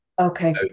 Okay